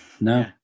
No